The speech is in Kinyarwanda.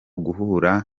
guhura